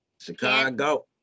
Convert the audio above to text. Chicago